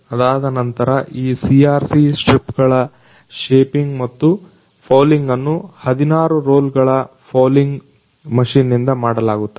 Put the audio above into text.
ಅದಾದ ನಂತರ ಈ CRC ಸ್ಟ್ರಿಪ್ ಗಳ ಶೇಪಿಂಗ್ ಮತ್ತು ಫೌಲಿಂಗ್ ಅನ್ನು 16 ರೋಲ್ ಗಳ ಫೌಲಿಂಗ್ ಮಷೀನ್ ನಿಂದ ಮಾಡಲಾಗುತ್ತದೆ